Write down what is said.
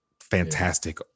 fantastic